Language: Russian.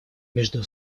между